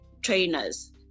trainers